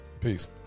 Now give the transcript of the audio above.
Peace